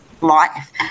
life